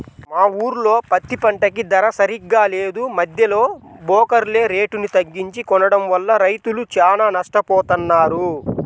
మా ఊర్లో పత్తి పంటకి ధర సరిగ్గా లేదు, మద్దెలో బోకర్లే రేటుని తగ్గించి కొనడం వల్ల రైతులు చానా నట్టపోతన్నారు